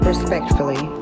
respectfully